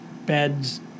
beds